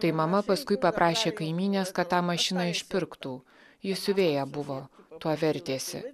tai mama paskui paprašė kaimynės kad tą mašiną išpirktų ji siuvėja buvo tuo vertėsi